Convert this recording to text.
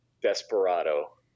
Desperado